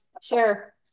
sure